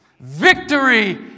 Victory